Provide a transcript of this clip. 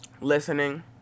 listening